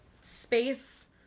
space